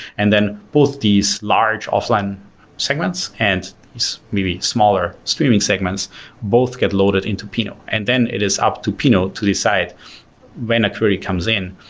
and then both these large offline segments and maybe smaller streaming segments both get loaded into pinot. and then it is up to pinot to decide when a query comes in,